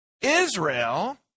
Israel